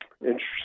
interesting